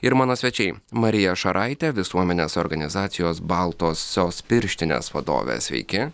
ir mano svečiai marija šaraitė visuomenės organizacijos baltosios pirštinės vadovės sveiki